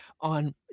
on